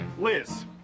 Liz